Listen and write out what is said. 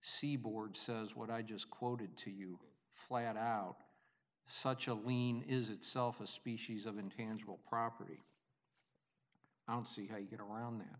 seaboard says what i just quoted to you flat out such a lien is itself a species of intangible property i don't see how you know around the